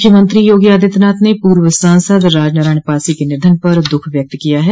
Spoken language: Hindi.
मुख्यमंत्री योगी आदित्यनाथ ने पूर्व सांसद राज नारायण पासी के निधन पर दुःख व्यक्त किया है